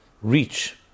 Reach